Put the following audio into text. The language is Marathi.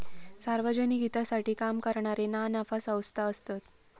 सार्वजनिक हितासाठी काम करणारे ना नफा संस्था असतत